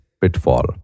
pitfall